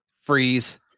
Freeze